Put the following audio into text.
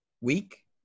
week